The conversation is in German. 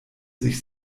sich